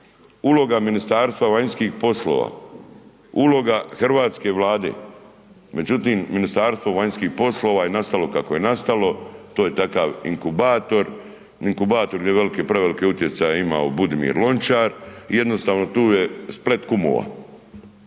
Uloga Ministarstva vanjskih poslova, uloga hrvatske Vlade međutim Ministarstvo vanjskih poslova je nastalo kako je nastalo, to je takav inkubator, inkubator gdje veliki, preveliki utjecaj imao Budimir Lončar i jednostavno tu je splet kumova